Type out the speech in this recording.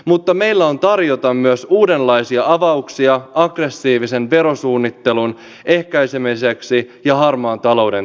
mutta meillä on tarjota myös uudenlaisia avauksia aggressiivisen verosuunnittelun ehkäisemiseksi ja harmaan talouden torjuntaan